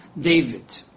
David